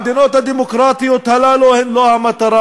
המדינות הדמוקרטיות הללו הן לא המטרה.